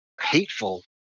hateful